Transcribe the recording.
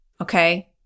Okay